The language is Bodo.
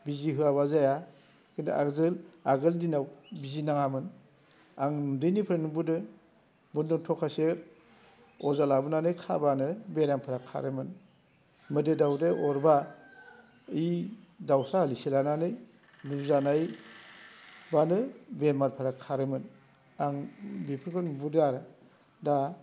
बिजि होआब्ला जाया आगोलनि दिनाव बिजि नाङामोन आं उन्दैनिफ्राय नुबोदों बन्दं थखासे अजा लाबोनानै खाब्लानो बेरामफोरा खारोमोन मोदाइ दावदाइ अरब्ला ओइ दाउसा हालिसे लानानै रुजानाय बानो बेमारफोरा खारोमोन आं बिफोरखौ नुबोदों आरो दा